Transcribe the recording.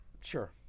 Sure